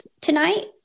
tonight